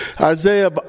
Isaiah